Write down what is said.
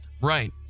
Right